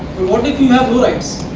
what if you have no rights?